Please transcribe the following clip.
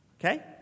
Okay